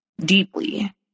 deeply